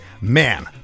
man